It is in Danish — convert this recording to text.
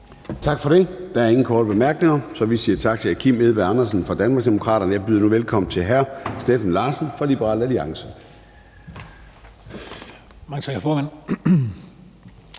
Tak for det. Der er ingen korte bemærkninger. Så vi siger tak til hr. Kim Edberg Andersen fra Danmarksdemokraterne, og jeg byder nu velkommen til hr. Steffen Larsen fra Liberal Alliance.